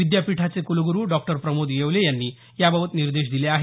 विद्यापीठाचे कुलगुरु डॉक्टर प्रमोद येवले यांनी याबबत निर्देश दिले आहेत